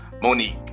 Monique